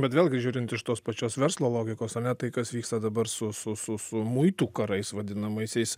bet vėlgi žiūrint iš tos pačios verslo logikos ar ne tai kas vyksta dabar su su su su muitų karais vadinamaisiais